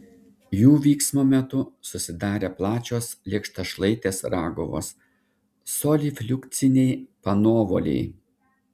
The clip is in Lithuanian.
jų vyksmo metu susidarė plačios lėkštašlaitės raguvos solifliukciniai panuovoliai